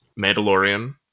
Mandalorian